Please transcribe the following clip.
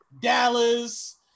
Dallas